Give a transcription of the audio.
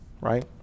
right